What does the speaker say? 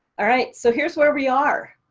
alright, so here's where we are.